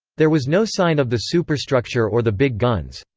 there was no sign of the superstructure or the big guns.